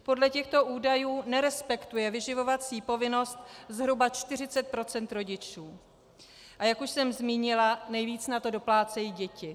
Podle těchto údajů nerespektuje vyživovací povinnost zhruba 40 % rodičů, a jak už jsem zmínila, nejvíc na to doplácejí děti.